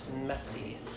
messy